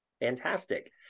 Fantastic